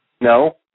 No